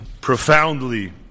profoundly